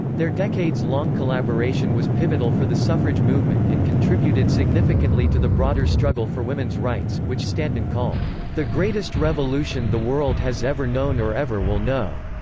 their decades-long collaboration was pivotal for the suffrage movement and contributed significantly to the broader struggle for women's rights, which stanton called the greatest revolution the world has ever known or ever will know.